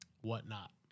Whatnot